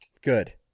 Good